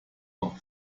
noch